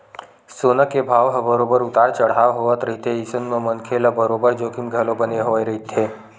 सोना के भाव ह बरोबर उतार चड़हाव होवत रहिथे अइसन म मनखे ल बरोबर जोखिम घलो बने होय रहिथे